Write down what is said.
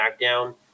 SmackDown